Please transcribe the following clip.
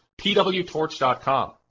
pwtorch.com